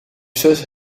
zus